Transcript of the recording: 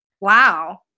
Wow